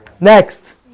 Next